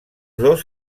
dos